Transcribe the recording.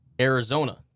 Arizona